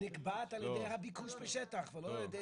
זה נקבע על-ידי הביקוש בשטח ולא על-ידי